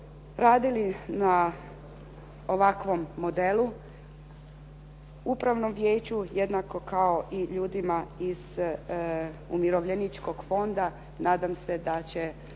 radili na ovakvom modelu, upravnom vijeću jednako kao i ljudima iz Umirovljeničkog fonda. Nadam se da će